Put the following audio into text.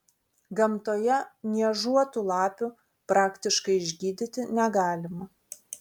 gamtoje niežuotų lapių praktiškai išgydyti negalima